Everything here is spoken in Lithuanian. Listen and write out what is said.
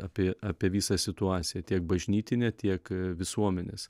apie apie visą situaciją tiek bažnytinę tiek visuomenės